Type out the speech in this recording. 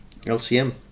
lcm